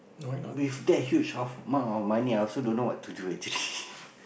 with that huge of amount of money I also don't know what to do actually